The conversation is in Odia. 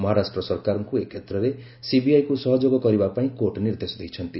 ମହାରାଷ୍ଟ୍ର ସରକାରଙ୍କୁ ଏ କ୍ଷେତ୍ରରେ ସିବିଆଇକୁ ସହଯୋଗ କରିବା ପାଇଁ କୋର୍ଟ ନିର୍ଦ୍ଦେଶ ଦେଇଛନ୍ତି